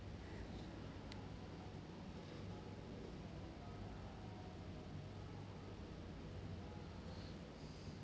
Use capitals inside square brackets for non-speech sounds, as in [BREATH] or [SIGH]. [BREATH]